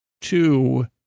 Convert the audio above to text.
Two